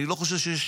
אני לא חושב שיש